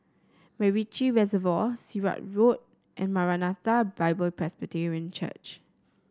MacRitchie Reservoir Sirat Road and Maranatha Bible Presby Church